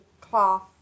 cloth